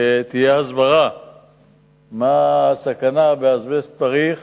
שתהיה הסברה מה הסכנה באזבסט פריך